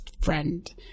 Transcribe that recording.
friend